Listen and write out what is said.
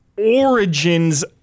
origins